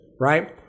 right